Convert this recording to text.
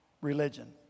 religion